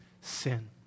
sin